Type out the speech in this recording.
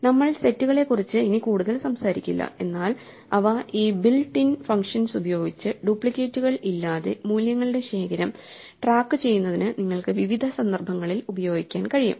നമ്മൾ സെറ്റുകളെക്കുറിച്ച് ഇനി കൂടുതൽ സംസാരിക്കില്ല എന്നാൽ അവ ഈ ബിൽറ്റ് ഇൻ ഫങ്ഷൻസ് ഉപയോഗിച്ച് ഡ്യൂപ്ലിക്കേറ്റുകൾ ഇല്ലാതെ മൂല്യങ്ങളുടെ ശേഖരം ട്രാക്കുചെയ്യുന്നതിന് നിങ്ങൾക്ക് വിവിധ സന്ദർഭങ്ങളിൽ ഉപയോഗിക്കാൻ കഴിയും